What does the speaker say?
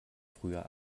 früher